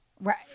right